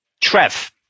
Trev